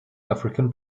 african